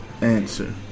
answer